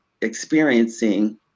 experiencing